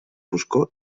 foscor